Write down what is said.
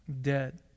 dead